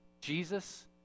jesus